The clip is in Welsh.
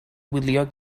wylio